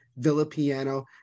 Villapiano